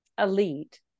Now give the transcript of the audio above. elite